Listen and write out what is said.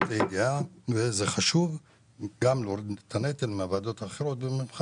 זה חשוב גם להוריד את הנטל מהוועדות האחרות וממך